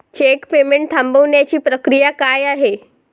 Check payment थांबवण्याची प्रक्रिया काय आहे?